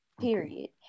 Period